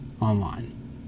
online